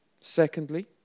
secondly